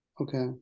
Okay